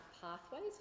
pathways